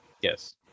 Yes